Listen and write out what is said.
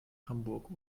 hamburg